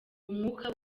umwuka